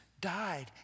died